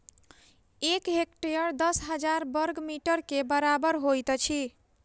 एक हेक्टेयर दस हजार बर्ग मीटर के बराबर होइत अछि